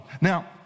Now